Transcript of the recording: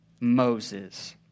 Moses